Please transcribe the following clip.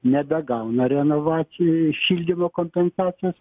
nebegauna renovaci šildymo kompensacijos